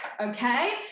okay